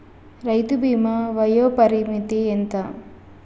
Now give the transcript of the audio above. రైతు బీమా వయోపరిమితి ఎంత?